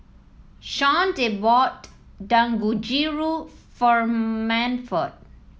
Shawnte bought Dangojiru for Manford